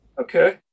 Okay